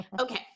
Okay